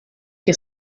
que